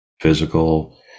physical